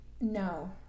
no